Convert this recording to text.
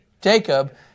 Jacob